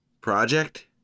project